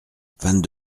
vingt